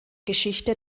geschichte